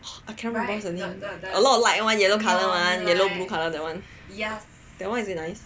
I cannot remember what is the name a lot of light one yellow colour one yellow blue colour that one that one is it nice